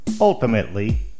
Ultimately